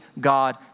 God